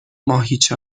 ماهیچه